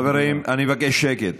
חברים, אני מבקש שקט.